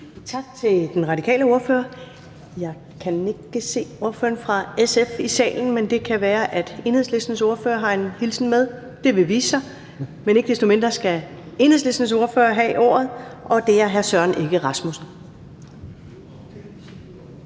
Tak til den radikale ordfører. Jeg kan ikke se ordføreren for SF i salen, men det kan være, at Enhedslistens ordfører har en hilsen med. Det vil vise sig. Men ikke desto mindre skal Enhedslistens ordfører have ordet, og det er hr. Søren Egge Rasmussen.